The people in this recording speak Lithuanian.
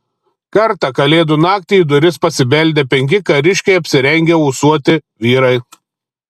kartą kalėdų naktį į duris pasibeldė penki kariškai apsirengę ūsuoti vyrai